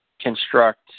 construct